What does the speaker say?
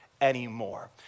anymore